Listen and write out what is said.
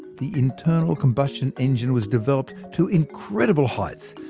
the internal combustion engine was developed to incredible heights,